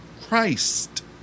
Christ